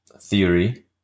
theory